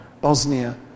Bosnia